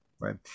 right